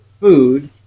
food